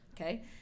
Okay